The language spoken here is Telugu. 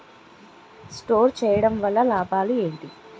స్టోర్ చేయడం వల్ల లాభాలు ఏంటి?